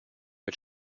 mit